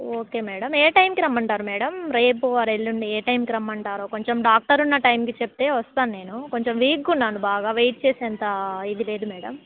okay madam ఏ టైమ్కి రమ్మంటారు మేడమ్ రేపు ఆర్ ఎల్లుండి ఏ టైమ్కి రమ్మంటారు కొంచెం డాక్టర్ ఉన్న టైమ్కి చెప్తే వస్తాను నేను కొంచెం వీక్గా ఉన్నాను బాగా వెయిట్ చేసేంత ఇది లేదు మేడమ్